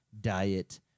diet